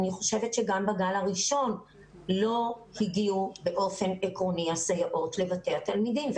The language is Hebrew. אני חושבת שגם בגל הראשון הסייעות לא הגיעו באופן עקרוני לבתי התלמידים,